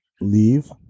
leave